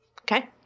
Okay